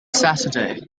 saturday